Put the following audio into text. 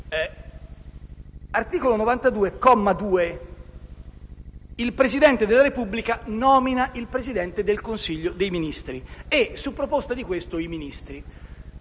comma: «Il Presidente della Repubblica nomina il Presidente del Consiglio dei ministri e, su proposta di questo, i Ministri».